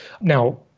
Now